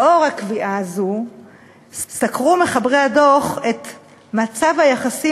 לאור הקביעה הזאת סקרו מחברי הדוח את מצב היחסים